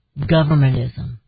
governmentism